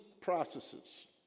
processes